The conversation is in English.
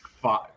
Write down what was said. five –